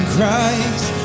Christ